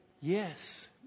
Yes